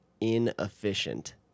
inefficient